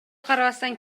карабастан